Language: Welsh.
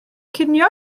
cinio